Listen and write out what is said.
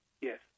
Yes